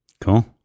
Cool